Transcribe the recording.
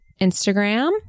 Instagram